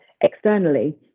externally